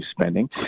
spending